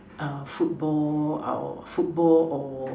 football our football or